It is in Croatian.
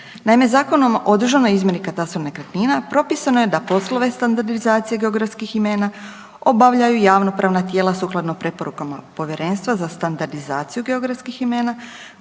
Naime, Zakonom o državnoj izmjeri i katastru nekretnina propisano je da poslove standardizacije geografskih imena obavljaju javnopravna tijela sukladno preporukama Povjerenstva za standardizaciju geografskih imena,